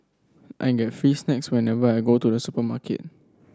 I get free snacks whenever I go to the supermarket